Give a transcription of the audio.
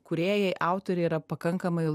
kūrėjai autoriai yra pakankamai